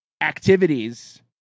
activities